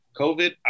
COVID